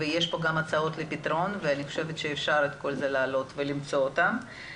ויש גם הצעות לפתרון ואני חושבת שאפשר להעלות את הכל ולמצוא פתרונות.